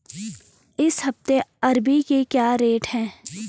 इस हफ्ते अरबी के क्या रेट हैं?